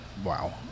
Wow